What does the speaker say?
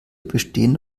bestehen